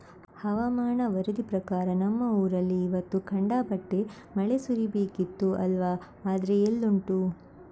ಹವಾಮಾನ ವರದಿ ಪ್ರಕಾರ ನಮ್ಮ ಊರಲ್ಲಿ ಇವತ್ತು ಖಂಡಾಪಟ್ಟೆ ಮಳೆ ಸುರೀಬೇಕಿತ್ತು ಅಲ್ವಾ ಆದ್ರೆ ಎಲ್ಲುಂಟು